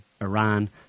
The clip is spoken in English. Iran